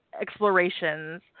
explorations